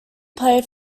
played